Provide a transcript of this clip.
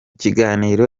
kiganiro